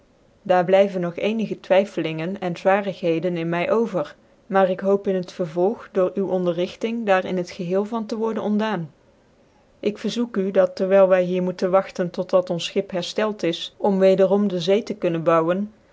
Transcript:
daar blijven nog cenigc twyffelingen en zwarigheden in xny over maar ik hoop in het vervolg door tl onderregting daar in het geheel van tc worden ontdaan ik verzoek u dat terwijl wy hier moeten wagtcn tot dat ons schip hcrftclt is om wederom dc zee te kunnen bouwen